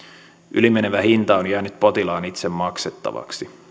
yli menevä hinta on jäänyt potilaan itse maksettavaksi